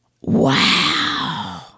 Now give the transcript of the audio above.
wow